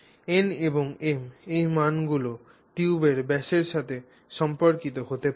n এবং m এর মানগুলিও টিউবের ব্যাসের সাথে সম্পর্কিত হতে পারে